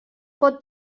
pot